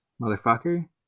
motherfucker